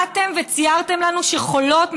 באתם וציירתם לנו שחולות,